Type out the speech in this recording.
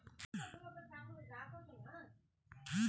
fig বা ডুমুর ফল ছোট্ট টক ফল যাকে নজির বলে